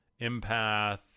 Empath